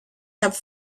have